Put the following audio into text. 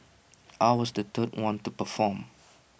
I was the third one to perform